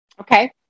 Okay